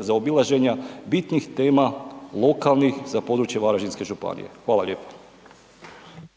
zaobilaženja bitnih tema lokalnih za područje Varaždinske županije. Hvala lijepo.